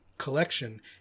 collection